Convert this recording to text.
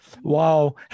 wow